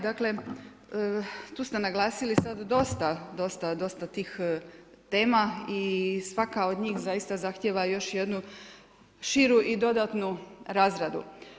Dakle tu ste naglasili sada dosta, dosta tih tema i svaka od njih zaista zahtjeva još jednu širu i dodatnu razradu.